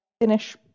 finish